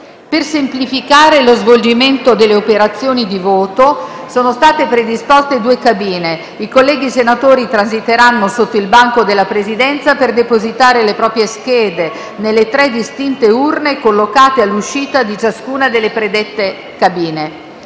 Per semplificare lo svolgimento delle operazioni di voto, sono state predisposte due cabine. I colleghi senatori transiteranno sotto il banco della Presidenza per depositare le proprie schede nelle tre distinte urne collocate all’uscita di ciascuna delle predette cabine.